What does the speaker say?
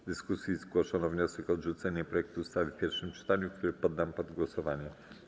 W dyskusji zgłoszono wniosek o odrzucenie projektu ustawy w pierwszym czytaniu, który poddam pod głosowanie.